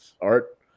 art